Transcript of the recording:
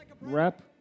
rep